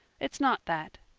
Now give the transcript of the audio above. it's not that.